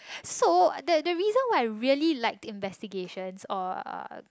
so the the reason why I really liked investigations or uh